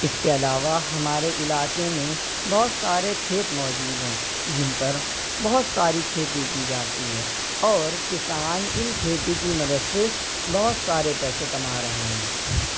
اس کے علاوہ ہمارے علاقے میں بہت سارے کھیت موجود ہیں جن پر بہت ساری کھیتی کی جاتی ہے اور کسان ان کھیتی کی مدد سے بہت سارے پیسے کما رہے ہیں